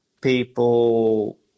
people